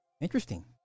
interesting